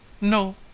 No